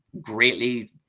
greatly